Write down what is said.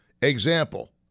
Example